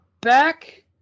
back